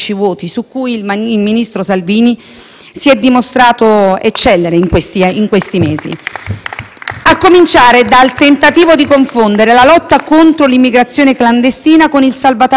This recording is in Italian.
a cominciare dal tentativo di confondere la lotta contro l'immigrazione clandestina con il salvataggio in mare di naufraghi, che ha regole e obblighi ben precisi, a partire da quello di identificare, appunto, il porto di sbarco.